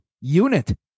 unit